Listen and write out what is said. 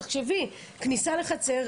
תחשבי: כניסה לחצר,